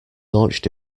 launched